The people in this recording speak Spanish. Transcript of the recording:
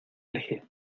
alejé